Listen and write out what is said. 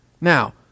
now